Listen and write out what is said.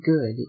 good